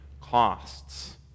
costs